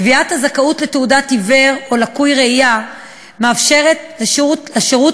קביעת הזכאות לתעודת עיוור או לקוי ראייה מאפשרת לשירות